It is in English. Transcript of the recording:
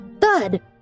thud